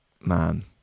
Man